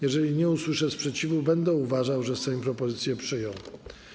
Jeżeli nie usłyszę sprzeciwu, będę uważał, że Sejm propozycję przyjął.